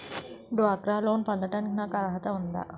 డ్వాక్రా లోన్ పొందటానికి నాకు అర్హత ఉందా?